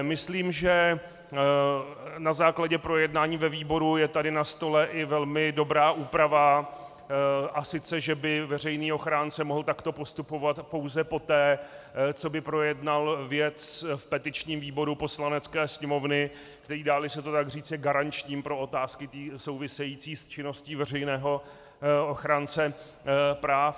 Myslím, že na základě projednání ve výboru je tady na stole i velmi dobrá úprava, a sice že by veřejný ochránce mohl takto postupovat pouze poté, co by projednal věc v petičním výboru Poslanecké sněmovny, který je, dáli se to tak říci, garančním pro otázky související s činností veřejného ochránce práv.